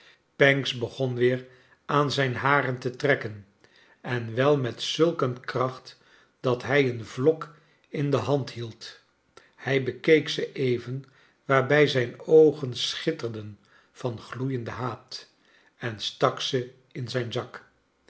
pancks begon weer aan zijn haren te trekken en wel met zulk een kracht dat hij een vlok in de hand hield hij bekeek ze even waarbij zijn oogen schitterden van gloeienden haat en stak ze in zijn zak